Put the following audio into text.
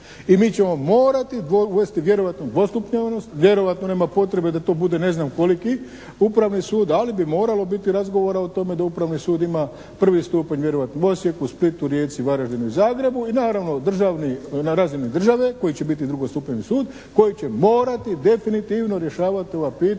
i mi ćemo morati uvesti vjerojatno … /Ne razumije se./ … vjerojatno nema potrebe da to bude ne znam koliki Upravni sud, ali bi moralo biti razgovora o tome da Upravni sud ima prvi stupanj vjerojatno u Osijeku, Splitu, Rijeci, Varaždinu i Zagrebu i naravno na razini države koji će biti drugostupanjski sud koji će morati definitivno rješavati ova pitanja